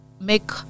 make